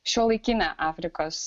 šiuolaikine afrikos